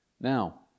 Now